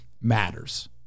matters